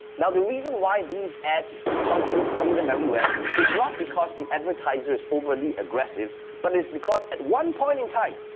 now the reason why these ads just constantly spam um everywhere is not because the advertiser is overly aggressive. but is because at one point in time,